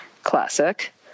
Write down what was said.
classic